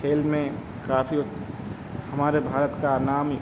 खेल में काफ़ी हमारे भारत के नाम